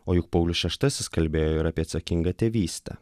o juk paulius šeštasis kalbėjo ir apie atsakingą tėvystę